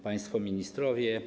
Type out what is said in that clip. Państwo Ministrowie!